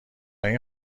این